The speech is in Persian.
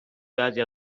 بعضی